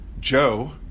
Joe